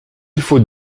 faut